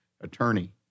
Attorney